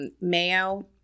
mayo